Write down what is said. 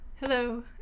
Hello